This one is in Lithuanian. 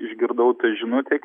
išgirdau toj žinutėj